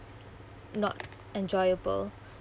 not enjoyable